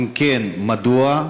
2. אם כן, מדוע?